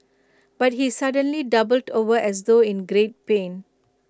but he suddenly doubled over as though in great pain